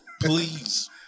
Please